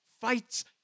fights